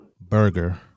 Burger